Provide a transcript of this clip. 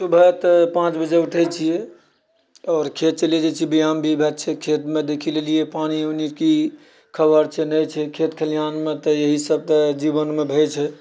सुबह तऽ पाँच बजे उठए छिऐ आओर खेत चलि जाइत छिऐ व्यायाम भी भए जाइत छै खेतमे देखि लेलिऐ पानि वानि कि खबरि छै नहि छै खेत खलिहानमे तऽ इएह सभ जीवनमे होइत छै